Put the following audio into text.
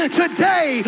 today